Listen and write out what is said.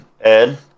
Ed